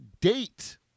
Date